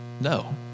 no